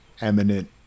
eminent